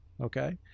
Okay